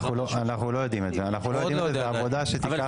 אנחנו לא יודעים את זה, זו עבודה שתיקח זמן.